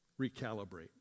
Recalibrate